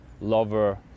lover